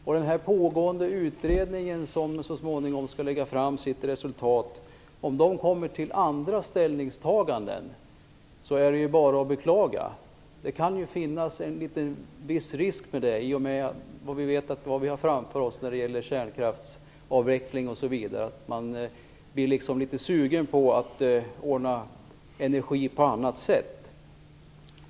Om den pågående utredningen, som så småningom skall lägga fram sitt resultat, kommer fram till andra ställningstaganden är det bara att beklaga. Det kan finnas en viss risk för det i och med att vi vet vad vi har framför oss när det gäller kärnkraftsavveckling osv. Man kan bli litet sugen på att ordna energi på annat sätt.